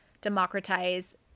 democratize